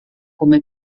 come